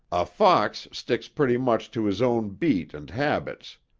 a fox sticks pretty much to his own beat and habits.